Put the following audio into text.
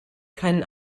keinen